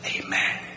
Amen